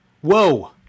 Whoa